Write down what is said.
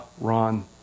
Ron